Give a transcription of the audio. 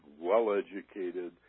well-educated